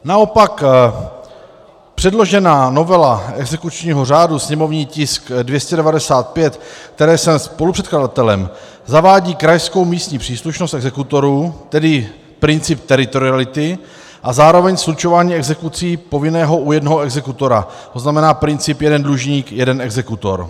Naopak předložená novela exekučního řádu sněmovní tisk 295, které jsem spolupředkladatelem, zavádí krajskou místní příslušnost exekutorů, tedy princip teritoriality, a zároveň slučování exekucí povinného u jednoho exekutora, tzn. princip jeden dlužník jeden exekutor.